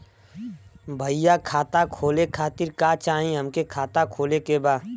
भईया खाता खोले खातिर का चाही हमके खाता खोले के बा?